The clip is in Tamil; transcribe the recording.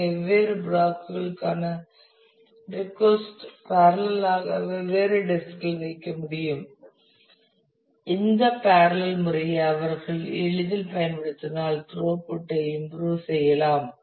எனவே வெவ்வேறு பிளாக் களுக்கான ரிக்வெஸ்ட் பேரலல் ஆக வெவ்வேறு டிஸ்கில் இல் வைக்க முடியும் இந்த பேரலல் முறையை அவர்கள் எளிதில் பயன்படுத்தினால் துரோஃபுட் ஐ இம்புரூவ் செய்யலாம்